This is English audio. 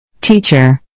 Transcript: Teacher